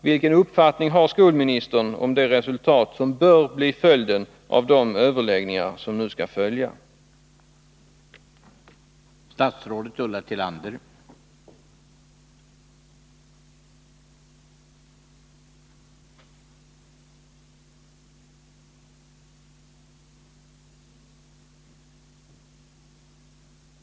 Vilken uppfattning har skolministern om det resultat som bör bli följden av de överläggningar som nu skall äga rum?